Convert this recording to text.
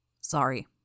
Sorry